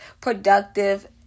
productive